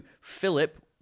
Philip